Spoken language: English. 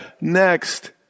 next